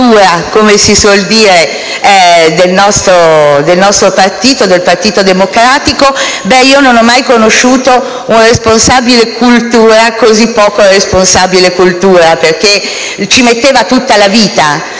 come si suol dire, del nostro partito, il Partito Democratico. Ebbene, io non ho mai conosciuto un responsabile cultura così poco responsabile cultura, perché ci metteva tutta la vita.